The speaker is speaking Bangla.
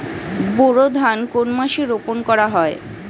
বোরো ধান কোন মাসে রোপণ করা হয়?